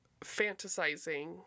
fantasizing